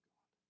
God